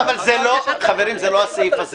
תודה, אבל חברים, זה לא הסעיף הזה.